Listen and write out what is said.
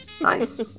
nice